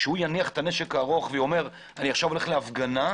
כשהוא יניח את הנשק הארוך ויאמר: עכשיו אני הולך להפגנה,